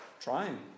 trying